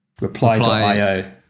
reply.io